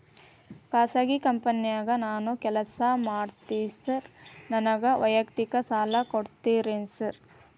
ಖಾಸಗಿ ಕಂಪನ್ಯಾಗ ನಾನು ಕೆಲಸ ಮಾಡ್ತೇನ್ರಿ, ನನಗ ವೈಯಕ್ತಿಕ ಸಾಲ ಕೊಡ್ತೇರೇನ್ರಿ?